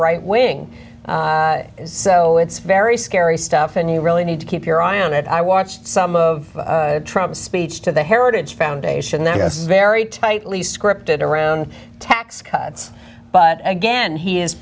right wing so it's very scary stuff and you really need to keep your eye on it i watched some of trouble speech to the heritage foundation this is very tightly scripted around tax cuts but again he is